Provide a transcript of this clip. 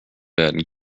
werden